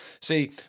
See